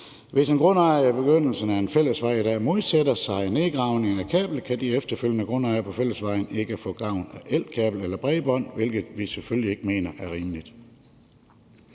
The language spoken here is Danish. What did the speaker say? Hvis en grundejer i begyndelsen af en fællesvej modsætter sig nedgravning af kabler, kan de efterfølgende grundejere på fællesvejen ikke få gavn af elkabler eller bredbånd, hvilket vi selvfølgelig ikke mener er rimeligt.